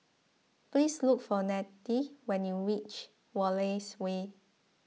please look for Nettie when you reach Wallace Way